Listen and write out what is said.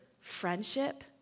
friendship